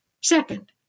Second